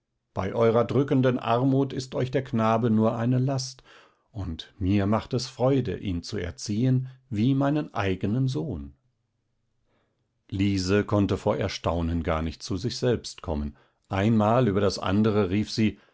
bei eurer drückenden armut ist euch der knabe nur eine last und mir macht es freude ihn zu erziehen wie meinen eignen sohn liese konnte vor erstaunen gar nicht zu sich selbst kommen ein mal über das andere rief sie